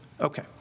Okay